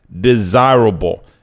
desirable